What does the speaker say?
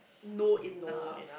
know enough